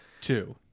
Two